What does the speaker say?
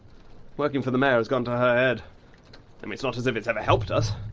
working for the mayor has gone to her head. i mean, it's not as if it's ever helped us.